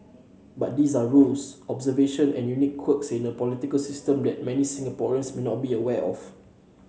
but these are rules observation and unique quirks in a political system that many Singaporeans may not be aware of